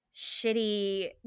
shitty